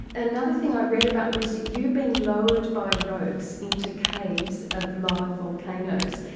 another thing i read about was you being lowered by ropes into caves of live volcanoes,